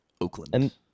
Oakland